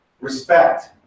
respect